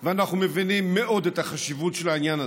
ואנחנו מבינים מאוד את החשיבות של העניין הזה.